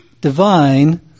divine